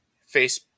face